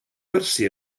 gwersi